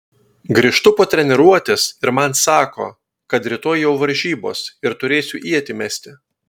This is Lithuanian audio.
grįžtu po treniruotės ir man sako kad rytoj jau varžybos ir turėsiu ietį mesti